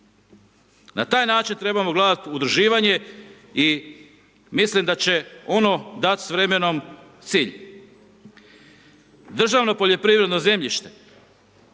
Na taj način trebamo gledati udruživanje i mislim da će ono dat s vremenom cilj. Državno poljoprivredno zemljište.